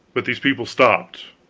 but these people stopped,